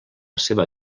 seva